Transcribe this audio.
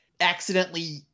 accidentally